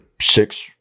six